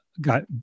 got